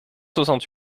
soixante